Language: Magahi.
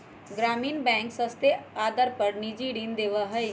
ग्रामीण बैंक सस्ते आदर पर निजी ऋण देवा हई